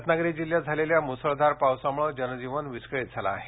रत्नागिरी जिल्ह्यात झालेल्या मुसळधार पावसामुळे जनजीवन विस्कळीत झालं आहे